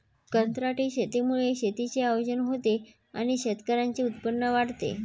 कंत्राटी शेतीमुळे शेतीचे आयोजन होते आणि शेतकऱ्यांचे उत्पन्न वाढते